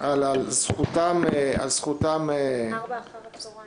על זכותם -- ארבע אחר הצוהריים.